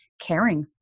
caring